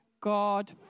God